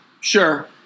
Sure